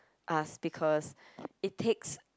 us because it takes